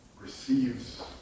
receives